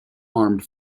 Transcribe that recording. armed